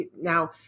now